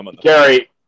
Gary